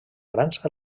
grans